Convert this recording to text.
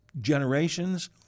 generations